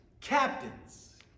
captains